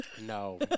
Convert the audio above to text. No